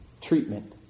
Treatment